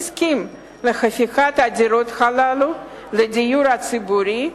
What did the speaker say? הסכים להפיכת הדירות האלה לדיור הציבורי,